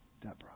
Deborah